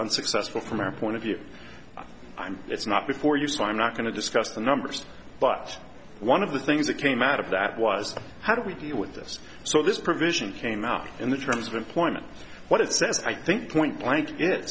unsuccessful from our point of view i'm it's not before you so i'm not going to discuss the numbers but one of the things that came out of that was how do we deal with this so this provision came out in the terms of employment what it says i think point blank